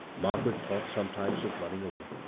margaret thought sometimes of running away.